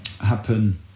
happen